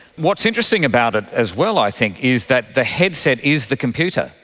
what's interesting about it as well i think is that the headset is the computer.